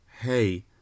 hey